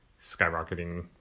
skyrocketing